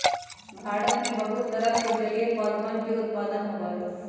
भारत में बहुत तरह के जलीय पौधवन के उत्पादन होबा हई